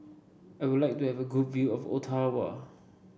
I would like to have a good view of Ottawa